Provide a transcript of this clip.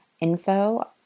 info